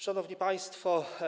Szanowni Państwo!